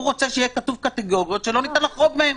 הוא רוצה שיהיה כתוב קטגוריות שלא ניתן לחרוג מהן,